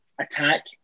attack